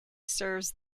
serves